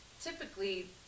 Typically